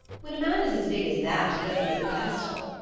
when a man is as big as that he doesn't need a pedestal!